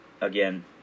Again